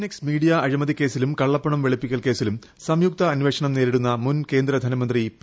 X media അഴിമതി കേസിലും കള്ളപ്പണം വെളിപ്പിക്കൽ കേസിലും സ്രിയുക്ത അന്വേഷണം നേരിടുന്ന മുൻ കേന്ദ്ര ധനമന്ത്രി പി